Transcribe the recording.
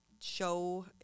show